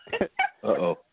Uh-oh